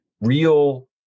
real